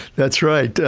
that's right.